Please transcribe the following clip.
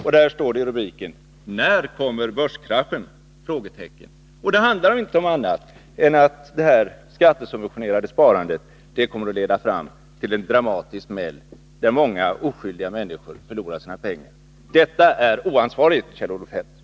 I rubriken står det: När kommer börskraschen? Artikeln handlar inte om någonting annat än om att det skattesubventionerade sparandet kommer att leda fram till en dramatisk smäll, där många oskyldiga människor förlorar sina pengar. Detta är oansvarigt, Kjell-Olof Feldt.